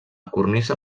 cornisa